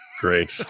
Great